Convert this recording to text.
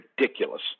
ridiculous